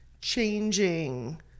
changing